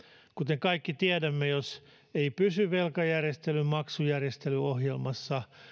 kuten kaikki tiedämme jos ei pysy velkajärjestelyn maksuohjelmassa